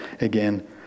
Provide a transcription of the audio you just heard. again